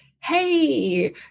hey